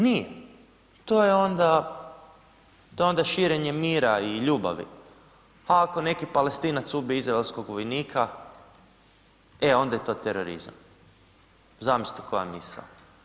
Nime, to je onda širenje mira i ljubavi, a ako neki Palestinac ubije izraelskog vojnika, e onda je to terorizam, zamislite koja misao.